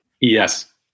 Yes